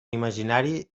imaginari